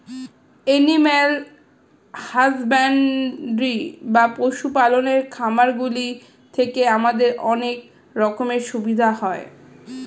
animal husbandry বা পশু পালনের খামারগুলি থেকে আমাদের অনেক রকমের সুবিধা হয়